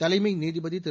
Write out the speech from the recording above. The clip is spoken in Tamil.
தலைமை நீதிபதி திரு